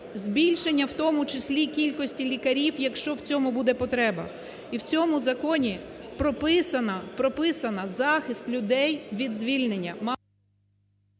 збільшення в тому числі кількості лікарів, якщо в цьому буде потреба. І в цьому законі прописано, прописано захист людей від звільнення…